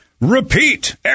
repeat